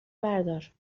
بردار